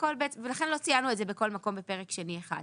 לכן לא ציינו את זה בכל מקום בפרק שני1.